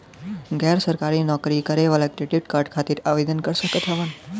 गैर सरकारी नौकरी करें वाला क्रेडिट कार्ड खातिर आवेदन कर सकत हवन?